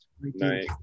night